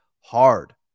hard